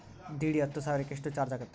DD ಹತ್ತು ಸಾವಿರಕ್ಕೆ ಎಷ್ಟು ಚಾಜ್೯ ಆಗತ್ತೆ?